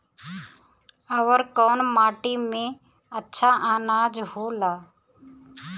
अवर कौन माटी मे अच्छा आनाज होला?